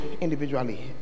individually